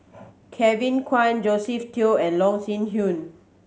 Kevin Kwan Josephine Teo and Loh Sin Yun